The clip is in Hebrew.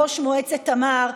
ראש מועצת תמר,